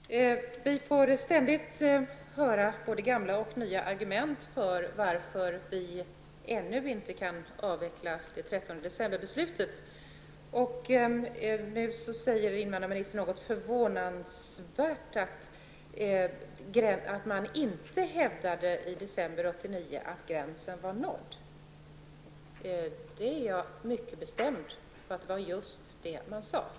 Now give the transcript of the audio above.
Herr talman! Vi får ständigt höra både gamla och nya argument för att vi ännu inte kan avveckla 13 december-beslutet. Nu säger invandrarministern något förvånansvärt: att man i december 1989 inte hävdade att gränsen var nådd. Jag har ett mycket bestämt minne av att det var just det som man sade.